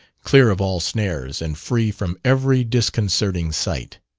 clear of all snares, and free from every disconcerting sight.